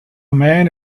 man